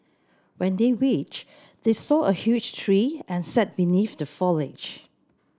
when they reached they saw a huge tree and sat beneath the foliage